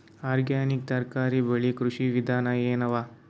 Organic ತರಕಾರಿ ಬೆಳಿ ಕೃಷಿ ವಿಧಾನ ಎನವ?